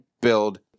build